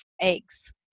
eggs